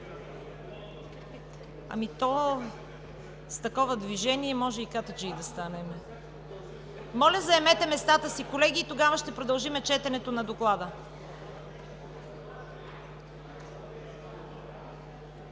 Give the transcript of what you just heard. С такова движение може и катаджии да станем. Моля, заемете местата си, колеги, и тогава ще продължим четенето на доклада.